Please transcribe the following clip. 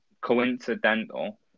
coincidental